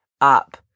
up